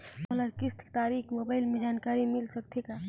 मोला किस्त के तारिक मोबाइल मे जानकारी मिल सकथे का?